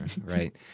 right